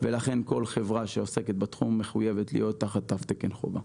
ולכן כל חברה שעוסקת בתחום מחויבת להיות תחת תו תקן חובה.